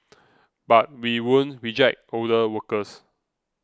but we won't reject older workers